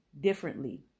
differently